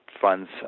funds